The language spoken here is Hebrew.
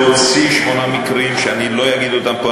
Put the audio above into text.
להוציא שמונה מקרים שאני לא אגיד אותם פה,